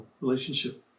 relationship